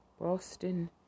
Boston